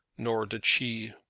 nor did she.